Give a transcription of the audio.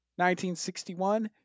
1961